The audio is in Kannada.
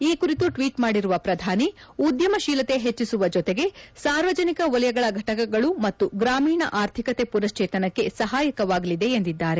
ಈ ಕುರಿತು ಟ್ವೀಟ್ ಮಾಡಿರುವ ಪ್ರಧಾನಿ ಉದ್ಯಮಶೀಲತೆ ಹೆಚ್ಚಿಸುವ ಜೊತೆಗೆ ಸಾರ್ವಜನಿಕ ವಲಯದ ಘಟಕಗಳು ಮತ್ತು ಗ್ರಾಮೀಣ ಆರ್ಥಿಕತೆ ಪುನಶ್ಚೇತನಕ್ಕೆ ಸಹಾಯಕವಾಗಲಿದೆ ಎಂದಿದ್ದಾರೆ